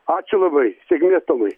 ačiū labai sėkmės tomai